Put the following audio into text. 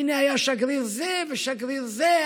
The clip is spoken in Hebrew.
הינה, היה שגריר זה ושגריר זה.